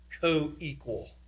co-equal